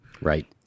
right